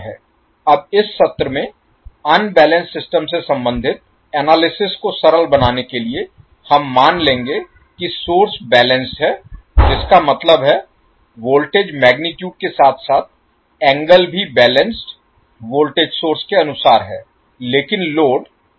अब इस सत्र में अनबैलेंस्ड सिस्टम से संबंधित एनालिसिस को सरल बनाने के लिए हम मान लेंगे कि सोर्स बैलेंस्ड है जिसका मतलब है वोल्टेज मैगनीटुड के साथ साथ एंगल भी बैलेंस्ड वोल्टेज सोर्स के अनुसार हैं लेकिन लोड अनबैलेंस्ड है